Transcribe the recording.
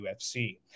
UFC